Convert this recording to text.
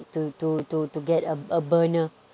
to to to to get a a burner